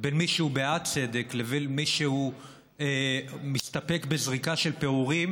בין מי שהוא בעד צדק לבין מי שמסתפק בזריקה של פירורים,